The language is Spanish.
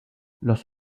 los